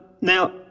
Now